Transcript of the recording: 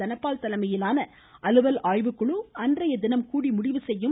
தனபால் தலைமையிலான அலுவல் ஆய்வு குழு கூடி அன்றைய தினம் முடிவு செய்யும்